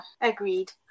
agreed